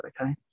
okay